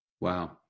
wow